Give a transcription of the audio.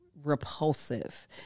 repulsive